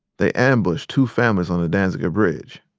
they ambushed two families on the danziger bridge.